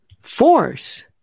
Force